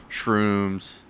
shrooms